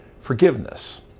forgiveness